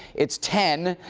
it's ten.